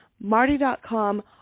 marty.com